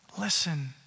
Listen